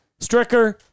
Stricker